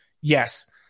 Yes